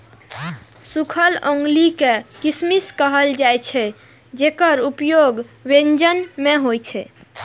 सूखल अंगूर कें किशमिश कहल जाइ छै, जेकर उपयोग व्यंजन मे होइ छै